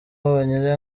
bonyine